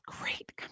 great